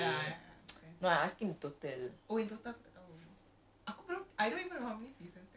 oh you mean like each season got twenty something episodes !chey!